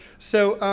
so,